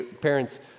Parents